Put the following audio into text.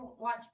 watch